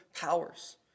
powers